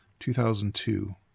2002